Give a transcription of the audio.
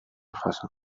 jasan